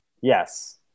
yes